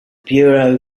bureau